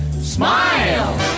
Smile